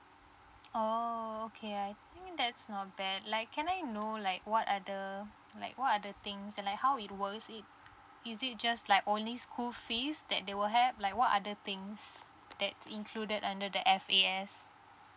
oh okay I think that's not bad like can I know like what are the like what are the things and like how it works it is it just like only school fees that they will have like what other things that's included under the F_A_S